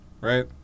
Right